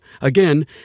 Again